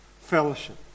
fellowship